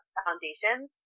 foundations